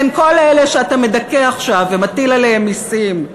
כן, כל אלה שאתה מדכא עכשיו, ומטיל עליהם מסים.